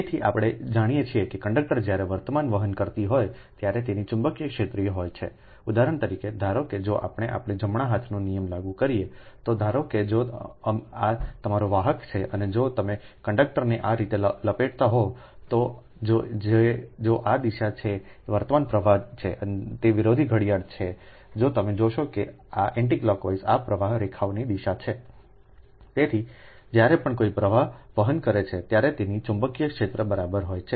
તેથી આપણે જાણીએ છીએ કે કંડકટર જ્યારે વર્તમાન વહન કરતી હોય ત્યારે તેની ચુંબકીય ક્ષેત્ર હોય છે ઉદાહરણ તરીકે ધારો કે જો આપણે જમણો હાથનો નિયમ લાગુ કરીએ તો ધારો કે જો આ તમારો વાહક છે અને જો તમે કંડક્ટરને આ રીતે લપેટતા હોય તો જો આ દિશા છે વર્તમાન પ્રવાહ પછી આ તે વિરોધી ઘડિયાળ છે જો તમે જોશો કે એન્ટિકોલોકવાઇઝ આ પ્રવાહ રેખાઓની દિશા છે સમયનો સંદર્ભ 0052 તેથી જ્યારે પણ કોઈ પ્રવાહ વહન કરે છે ત્યારે તેની ચુંબકીય ક્ષેત્ર હોય છે